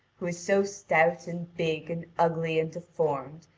who is so stout and big and ugly and deformed,